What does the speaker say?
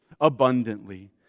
abundantly